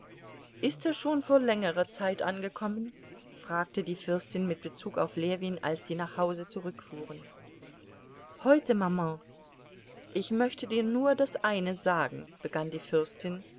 ist er schon vor längerer zeit angekommen fragte die fürstin mit bezug auf ljewin als sie nach hause zurückfuhren heute maman ich möchte dir nur das eine sagen begann die fürstin